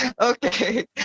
Okay